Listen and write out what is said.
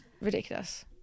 ridiculous